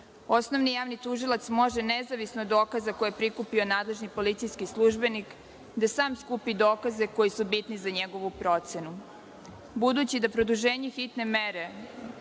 javni tužilac može nezavisno od dokaza koje je prikupio nadležni policijski službenik da sam skupi dokaze koji su bitni za njegovu procenu. Budući da produženje hitne mere